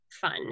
fun